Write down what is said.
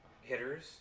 hitters